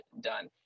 done